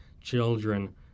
children